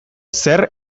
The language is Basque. zer